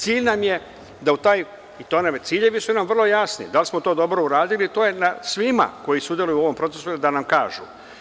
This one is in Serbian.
Cilj nam je da taj, ciljevi su nam vrlo jasni, da li smo to dobro uradili to je na svima koji su sudelovali u ovom procesu da nam kažu.